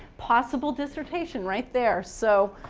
possible dissertation right there. so